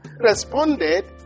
responded